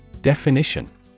Definition